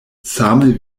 same